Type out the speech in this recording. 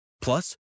Plus